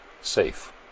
safe